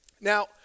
Now